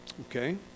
okay